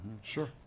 Sure